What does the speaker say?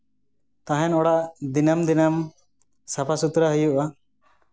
ᱛᱟᱦᱮᱱ ᱚᱲᱟᱜ ᱫᱤᱱᱟᱹᱢ ᱫᱤᱱᱟᱹᱢ ᱥᱟᱯᱷᱟ ᱥᱩᱛᱨᱟᱹ ᱦᱩᱭᱩᱜᱼᱟ